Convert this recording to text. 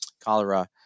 cholera